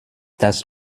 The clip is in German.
das